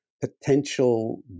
potential